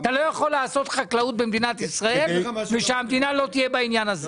אתה לא יכול לעשות חקלאות במדינת ישראל והמדינה לא תהיה בעניין הזה.